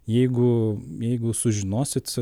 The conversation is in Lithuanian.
jeigu jeigu sužinosit